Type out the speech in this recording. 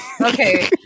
Okay